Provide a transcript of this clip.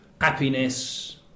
happiness